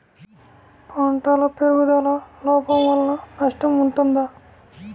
పంటల పెరుగుదల లోపం వలన నష్టము ఉంటుందా?